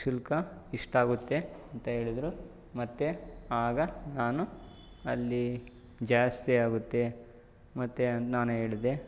ಶುಲ್ಕ ಇಷ್ಟಾಗುತ್ತೆ ಅಂತ ಹೇಳಿದರು ಮತ್ತು ಆಗ ನಾನು ಅಲ್ಲಿ ಜಾಸ್ತಿಯಾಗುತ್ತೆ ಮತ್ತು ನಾನು ಹೇಳಿದೆ